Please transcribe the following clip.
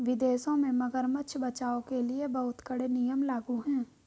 विदेशों में मगरमच्छ बचाओ के लिए बहुत कड़े नियम लागू हैं